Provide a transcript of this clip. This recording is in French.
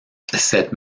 cette